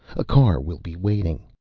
a car will be waiting.